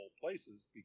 places